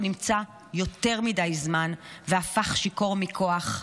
שנמצא יותר מדי זמן והפך שיכור מכוח.